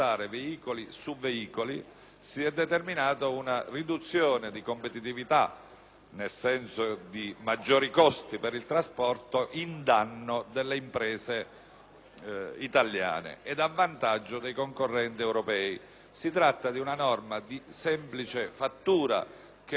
con maggiori costi per il trasporto, in danno delle imprese italiane ed a vantaggio dei concorrenti europei. Si tratta di una norma di semplice fattura, che non comporta oneri e che è attinente all'oggetto del decreto, trattandosi